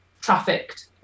trafficked